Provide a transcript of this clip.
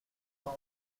are